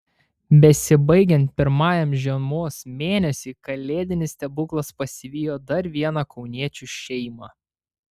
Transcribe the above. besibaigiant pirmajam žiemos mėnesiui kalėdinis stebuklas pasivijo dar vieną kauniečių šeimą